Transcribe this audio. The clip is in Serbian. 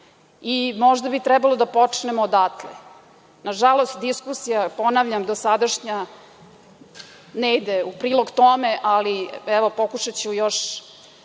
I možda bi trebalo da počnemo odatle. Nažalost, diskusija, ponavljam, dosadašnja ne ide u prilog tome, ali evo pokušaću još